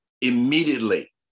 immediately